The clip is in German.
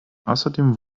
außerdem